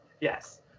Yes